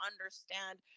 understand